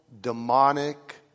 demonic